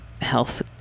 health